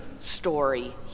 story